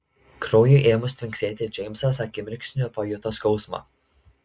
kraujui ėmus tvinksėti džeimsas akimirksniu pajuto skausmą